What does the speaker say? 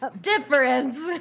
Difference